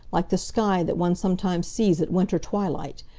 like the sky that one sometimes sees at winter twilight,